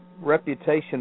Reputation